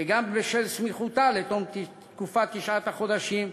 גם בשל סמיכותה לתום תקופת תשעת החודשים,